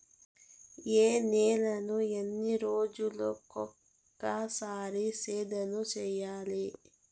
ఏ నేలను ఎన్ని రోజులకొక సారి సదును చేయల్ల?